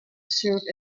served